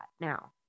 now